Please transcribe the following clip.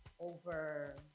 Over